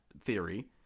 theory